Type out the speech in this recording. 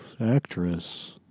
actress